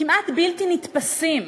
כמעט בלתי נתפסים,